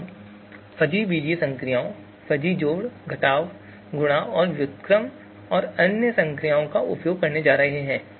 अब हम फ़ज़ी बीजीय संक्रियाओं फ़ज़ी जोड़ घटाव गुणा और व्युत्क्रम और अन्य संक्रियाओं का उपयोग करने जा रहे हैं